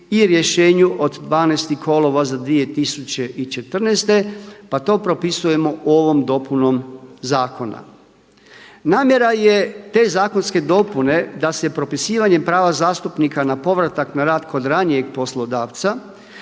i rješenju od 12. kolovoza 2014. pa to propisujemo ovom dopunom zakona. Namjera je te zakonske dopune da se propisivanjem prava zastupnika na povratak na rad kod ranijeg poslodavca